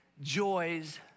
joys